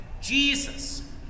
Jesus